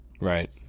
Right